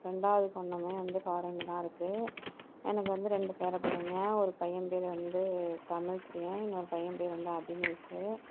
ரெண்டாவது பொண்ணுமே வந்து ஃபாரினில் தான் இருக்குது எனக்கு வந்து ரெண்டு பேர பிள்ளைங்க ஒரு பையன் பேர் வந்து தமிழ் பிரியன் இன்னொரு பையன் பேர் வந்து அபினேஷ்